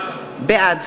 בעד